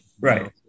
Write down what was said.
right